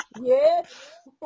Yes